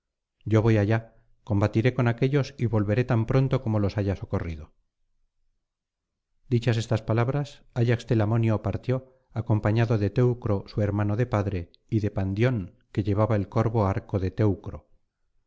yo voy allá combatiré con aquéllos y volveré tan pronto como los haya socorrido dichas estas palabras ayax telamón io partió acompañado de teucro su hermano de padre y de pandión que llevaba el corvo arco de